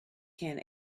can